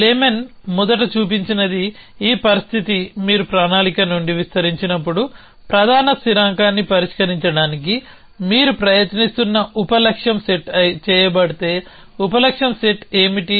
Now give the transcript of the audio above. బ్లేమెన్ మొదట చూపించినది ఈ పరిస్థితి మీరు ప్రణాళిక నుండి విస్తరించినప్పుడు ప్రధాన స్థిరాంకాన్ని పరిష్కరించడానికి మీరు ప్రయత్నిస్తున్న ఉప లక్ష్యం సెట్ చేయబడితే ఉప లక్ష్యం సెట్ ఏమిటి